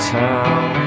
town